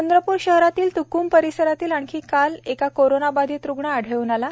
चंद्रपूर शहरातील तुकुम परिसरात आणखी काल एक कोरोना बाधित रुग्ण आढळून आला आहेत